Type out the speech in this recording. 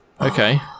Okay